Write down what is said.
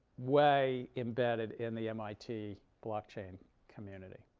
way embedded in the mit blockchain community.